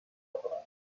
softcatalà